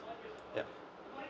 yup